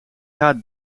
haar